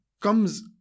comes